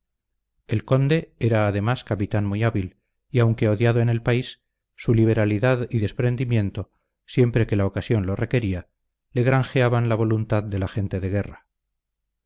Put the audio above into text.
el conde era además capitán muy hábil y aunque odiado en el país su liberalidad y desprendimiento siempre que la ocasión lo requería le granjeaban la voluntad de la gente de guerra